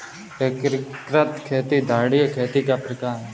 एकीकृत खेती धारणीय खेती का प्रकार है